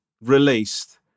released